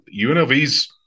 UNLVs